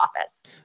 office